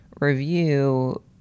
review